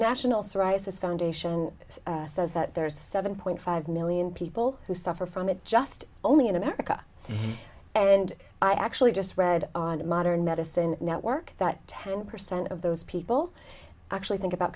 national psoriasis foundation says that there's a seven point five million people who suffer from it just only in america and i actually just read on a modern medicine network that ten percent of those people actually think about